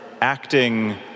acting